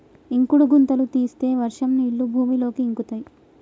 ఇంకుడు గుంతలు తీస్తే వర్షం నీళ్లు భూమిలోకి ఇంకుతయ్